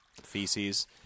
feces